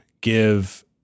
Give